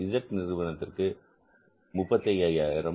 Z நிறுவனத்திற்கு என்பது 35000